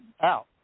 out